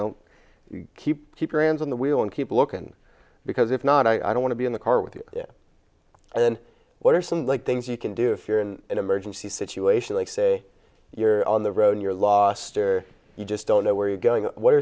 know keep your hands on the wheel and keep looking because if not i don't want to be in the car with you and what are some like things you can do if you're in an emergency situation like say you're on the road you're lost or you just don't know where you're going what